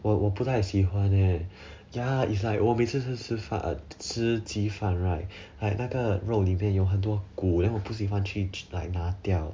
我我不太喜欢 leh ya is like 我每次吃饭吃鸡饭 right like 那个肉里面有很多骨 then 我不喜欢去 like 拿掉